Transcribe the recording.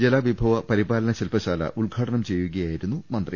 ജലവി ഭവ പരിപാലന ശിൽപശാല ഉദ്ഘാടനം ചെയ്യുകയായിരുന്നു മന്ത്രി